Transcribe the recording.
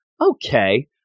okay